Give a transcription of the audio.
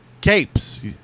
capes